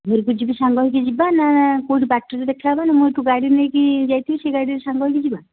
ଘରକୁ ଯିବି ସାଙ୍ଗ ହୋଇକି ଯିବା ନା ନା କେଉଁଠି ବାଟରେ ଦେଖା ହେବା ନା ମୁଁ ଏଠୁ ଗାଡ଼ି ନେଇକି ଯାଇଥିବି ସେ ଗାଡ଼ିରେ ସାଙ୍ଗ ହେଇକି ଯିବା